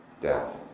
death